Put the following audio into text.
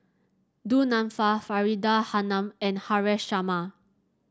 Du Nanfa Faridah Hanum and Haresh Sharma